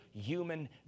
human